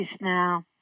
now